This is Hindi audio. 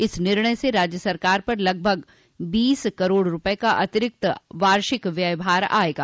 इस निर्णय से राज्य सरकार पर लगभग बीस करोड़ रूपये का अतिरिक्त वार्षिक व्यय भार आयेगा